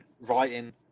writing